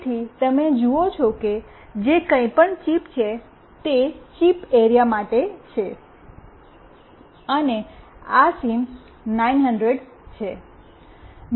તેથી તમે જુઓ છો કે જે કંઈપણ ચિપ છે તે ચિપ એરિયા માટે છે અને આ સિમ 900 છે